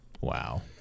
Wow